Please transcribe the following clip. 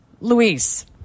Luis